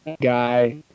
guy